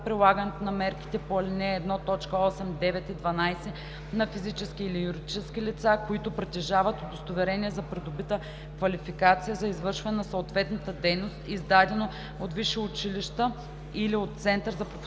прилагането на мерките по ал. 1, т. 8, 9 и 12 на физически или юридически лица, които притежават удостоверение за придобита квалификация за извършване на съответната дейност, издадено от висши училища или от център за професионално